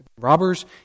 robbers